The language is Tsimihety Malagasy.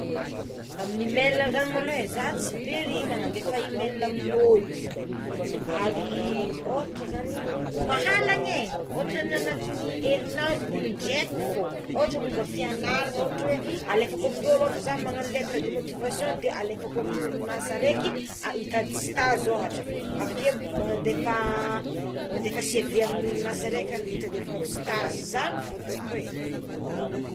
Amign'ny email za maloha é za tsy be ry manandefa email amign'olo ary ohatra izagny mahalagné ohatra anatigny erinandro indraiky fogna otra momba fianarané otra oé alefako amign'olo za magnagno lettre de motivation de alefako amign'orinasa araiky itady stazy oatra avakeo magnandefa magnandefa cv amign'orinasa raika itadiavako stazy zagny ny fataoko é.